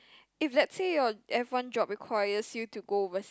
if let's say your f-one job requires you to go overseas